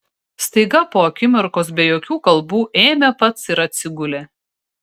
staiga po akimirkos be jokių kalbų ėmė pats ir atsigulė